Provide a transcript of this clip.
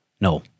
no